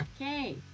Okay